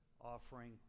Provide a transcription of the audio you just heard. offering